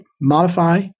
modify